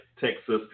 Texas